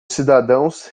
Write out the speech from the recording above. cidadãos